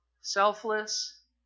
selfless